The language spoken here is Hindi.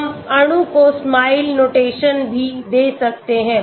हम अणु को SMILE नोटेशन भी दे सकते हैं